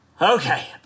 Okay